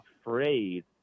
afraid